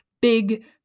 big